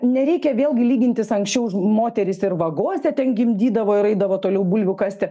nereikia vėlgi lygintis anksčiau už moteris ir vagose ten gimdydavo ir eidavo toliau bulvių kasti